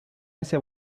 ese